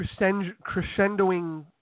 crescendoing